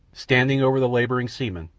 standing over the labouring seamen,